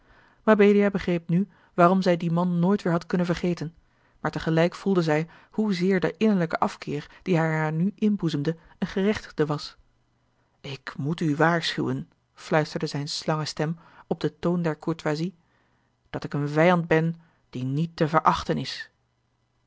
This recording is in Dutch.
mabelia begreep nu waarom zij dien man nooit weêr had kunnen vergeten maar tegelijk voelde zij hoezeer de innerlijke afkeer dien hij haar nu inboezemde een gerechtigde was ik moet u waarschuwen fluisterde zijne slangenstem op den toon der courtoisie dat ik een vijand ben die niet te verachten is